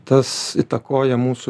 tas įtakoja mūsų